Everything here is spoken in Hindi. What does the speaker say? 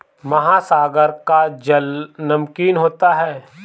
महासागर का जल नमकीन होता है